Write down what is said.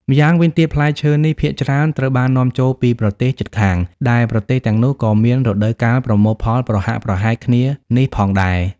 ម្យ៉ាងវិញទៀត ផ្លែឈើនេះភាគច្រើនត្រូវបាននាំចូលពីប្រទេសជិតខាង ដែលប្រទេសទាំងនោះក៏មានរដូវកាលប្រមូលផលប្រហាក់ប្រហែលគ្នានេះផងដែរ។